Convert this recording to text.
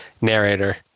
narrator